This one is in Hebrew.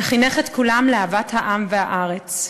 וחינך את כולם לאהבת העם והארץ.